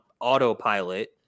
autopilot